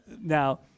Now